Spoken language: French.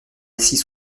assis